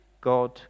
God